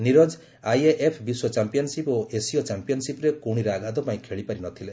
ନିରକ IAAF ବିଶ୍ୱ championship ଓ ଏସୀୟ ଚାମ୍ପିୟନ୍ସିପ୍ରେ କହୁଣୀରେ ଆଘାତ ପାଇଁ ଖେଳିପାରି ନଥିଲେ